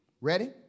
Ready